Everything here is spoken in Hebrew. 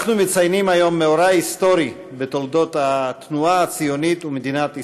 אנחנו מציינים היום מאורע היסטורי בתולדות התנועה הציונית ומדינת ישראל,